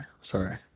Sorry